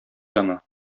яна